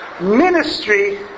ministry